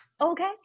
okay